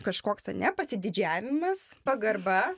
kažkoks ane pasididžiavimas pagarba